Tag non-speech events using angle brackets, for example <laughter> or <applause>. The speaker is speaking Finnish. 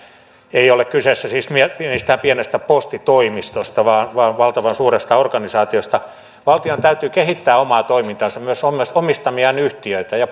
ei siis ole kyse mistään pienestä postitoimistosta vaan vaan valtavan suuresta organisaatiosta valtion täytyy kehittää omaa toimintaansa myös omistamiaan yhtiöitä ja <unintelligible>